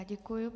Děkuji.